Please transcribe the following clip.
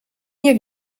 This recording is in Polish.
nie